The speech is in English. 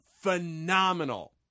phenomenal